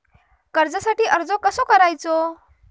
कर्जासाठी अर्ज कसो करायचो?